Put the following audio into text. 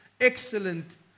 excellent